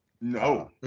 no